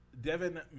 Devin